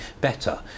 better